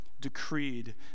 decreed